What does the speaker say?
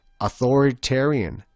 Authoritarian